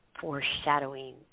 foreshadowing